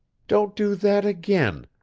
don't do that again!